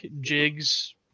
jigs